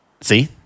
see